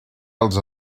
els